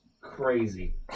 crazy